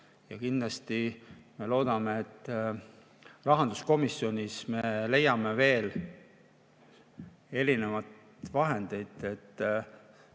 Ja kindlasti me loodame, et rahanduskomisjonis me leiame veel erinevaid vahendeid, et